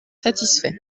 satisfait